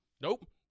Nope